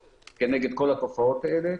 הקורונה.